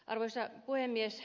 arvoisa puhemies